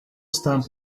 stamp